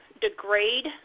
degrade